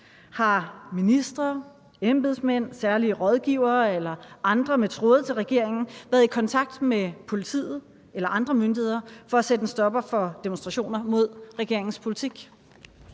Har ministre, embedsmænd, særlige rådgivere eller andre med tråde til regeringen været i kontakt med politiet eller andre myndigheder for at sætte en stopper for demonstrationer mod regeringens politik?